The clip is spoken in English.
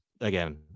again